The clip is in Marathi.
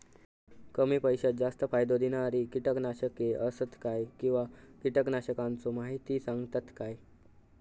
कमी पैशात जास्त फायदो दिणारी किटकनाशके आसत काय किंवा कीटकनाशकाचो माहिती सांगतात काय?